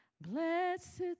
blessed